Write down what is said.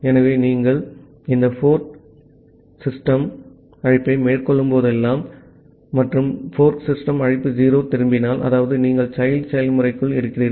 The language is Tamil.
ஆகவே நீங்கள் இந்த ஃபோர்க் சிஸ்டம் அழைப்பை மேற்கொள்ளும்போதெல்லாம் மற்றும் ஃபோர்க் சிஸ்டம் அழைப்பு 0 திரும்பினால் அதாவது நீங்கள் childசெயல்முறைக்குள் இருக்கிறீர்கள்